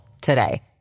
today